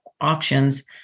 auctions